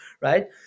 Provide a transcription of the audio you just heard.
right